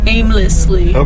Aimlessly